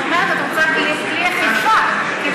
אז את אומרת שאת רוצה כלי אכיפה כדי,